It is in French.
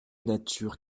nature